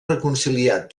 reconciliat